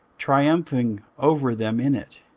triumphing over them in it.